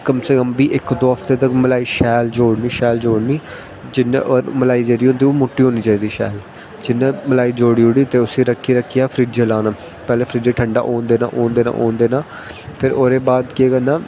कम से कम बी इक दो हफ्ते तक मलाई शैल जोड़नी शैल जोड़नी मलाई जेह्ड़ी होंदी मुट्टी होंदी जंदी शैल जियां मलाई जोड़ी ओड़ी ते उसी फ्रिजै च लाना पैह्लें फ्रिज्जै ठंडा होन देना होन देना फिर ओह्दे बाद केह् करना